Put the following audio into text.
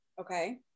okay